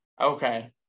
Okay